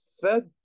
fed